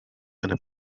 einer